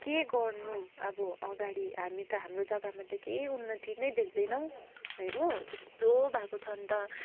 के गर्नु अब अगाडि हामी त हाम्रो जग्गामा त केही उन्नति नै देख्दैनौँ हो त्यस्तो भएको छ अन्त